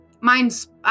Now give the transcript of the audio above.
Mine's